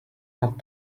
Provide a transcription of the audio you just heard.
not